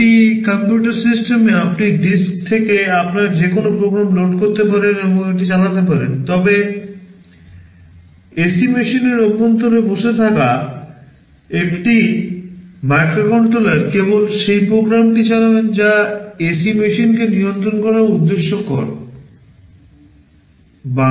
একটি কম্পিউটার সিস্টেমে আপনি ডিস্ক থেকে আপনার যে কোনও প্রোগ্রাম লোড করতে পারেন এবং এটি চালাতে পারেন তবে এসি মেশিনের অভ্যন্তরে বসে থাকা একটি মাইক্রোকন্ট্রোলার কেবল সেই প্রোগ্রামটি চালাবে যা এসি মেশিনকে নিয়ন্ত্রণ করার উদ্দেশ্যে বানানো